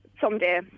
someday